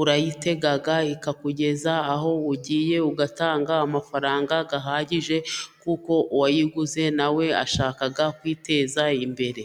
urayitega ikakugeza aho ugiye ugatanga amafaranga ahagije, kuko uwayiguze nawe ashaka kwiteza imbere.